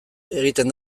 egiten